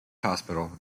hospital